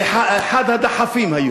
זה היה אחד הדחפים.